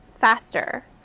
faster